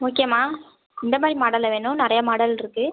ஓகேம்மா எந்த மாதிரி மாடலில் வேணும் நிறையா மாடல் இருக்கு